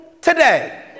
today